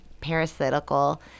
parasitical